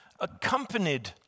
accompanied